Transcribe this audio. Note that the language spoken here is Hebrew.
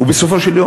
ובסופו של יום